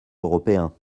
européen